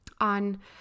on